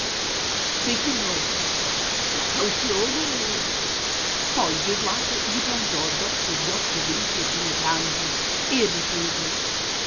comune sissignore la cauzione poi gesualdo gli piantò addosso gli occhi grigi e penetranti e riprese